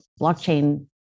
blockchain